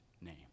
name